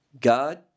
God